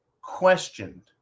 questioned